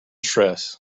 stress